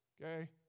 Okay